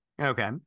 Okay